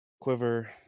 quiver